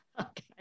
Okay